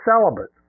celibate